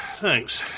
Thanks